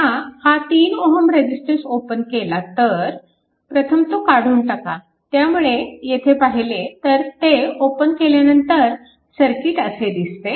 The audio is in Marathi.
आता हा 3Ω रेजिस्टन्स ओपन केला तर प्रथम तो काढून टाका त्यामुळे येथे पाहिले तर ते ओपन केल्यानंतर सर्किट असे दिसते